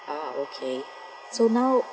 ah okay so now